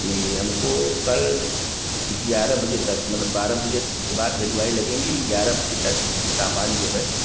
कि हमको कल ग्यारह बजे तक मतलब बारह बजे के बाद हलवाई लगेंगी ग्यारह बजे तक सामान जो है